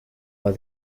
are